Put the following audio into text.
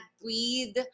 breathe